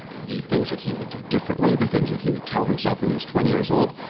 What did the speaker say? the things that he would do differently, the things that he would tell himself when he was twenty years old,